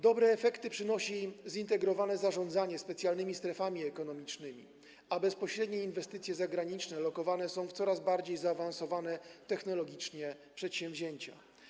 Dobre efekty przynosi zintegrowane zarządzanie specjalnymi strefami ekonomicznymi, a bezpośrednie inwestycje zagraniczne lokowane są w coraz bardziej zaawansowane technologicznie przedsięwzięcia.